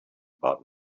about